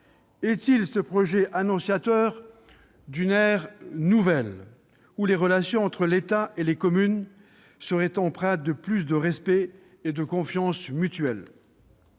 est-il annonciateur d'une ère nouvelle dans laquelle les relations entre l'État et les communes seraient empreintes de plus de respect et de confiance mutuels ?